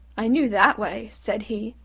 i knew that way, said he,